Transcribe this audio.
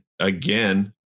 again